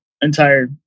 entire